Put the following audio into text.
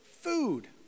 food